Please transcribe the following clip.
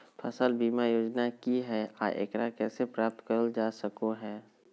फसल बीमा योजना की हय आ एकरा कैसे प्राप्त करल जा सकों हय?